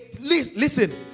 listen